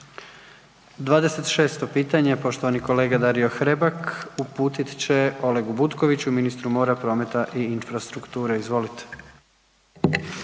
26. pitanje poštovani kolega Dario Hrebak uputit će Olegu Butkoviću, ministru mora, prometa i infrastrukture, izvolite.